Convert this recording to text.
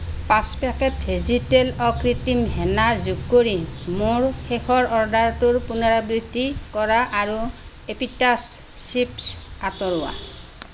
পাঁচ পেকেট ভেজীতেল অকৃত্ৰিম হেনা যোগ কৰি মোৰ শেষৰ অৰ্ডাৰটোৰ পুনৰাবৃত্তি কৰা আৰু এপিটাছ চিপছচ আঁতৰোৱা